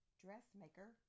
Dressmaker